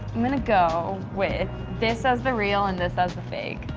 i'm gonna go with this as the real and this as the fake.